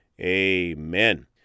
amen